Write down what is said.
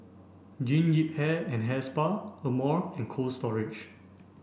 Jean Yip Hair and Hair Spa Amore and Cold Storage